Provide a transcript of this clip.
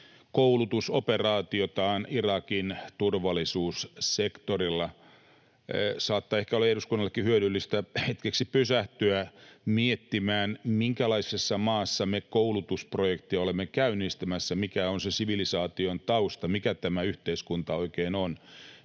koulutusoperaatiotaan Irakin turvallisuussektorilla. Saattaa ehkä olla eduskunnallekin hyödyllistä hetkeksi pysähtyä miettimään, minkälaisessa maassa me koulutusprojektia olemme käynnistämässä, mikä on se sivilisaation tausta, mikä tämä yhteiskunta oikein on,